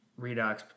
redox